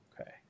Okay